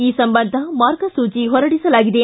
ಈ ಸಂಬಂಧ ಮಾರ್ಗಸೂಚಿ ಹೊರಡಿಸಲಾಗಿದೆ